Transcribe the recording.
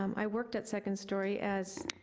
um i worked at second story as,